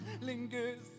Lingers